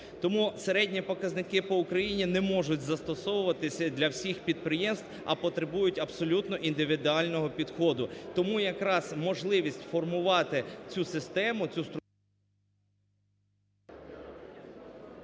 Тому середні показники по Україні не можуть застосовуватися для всіх підприємств, а потребують абсолютно індивідуального підходу. Тому якраз можливість формувати цю систему, цю струк...